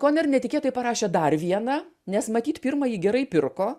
koner netikėtai parašė dar vieną nes matyt pirmąjį gerai pirko